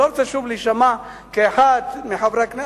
ואני לא רוצה שוב להישמע כאחד מחברי הכנסת,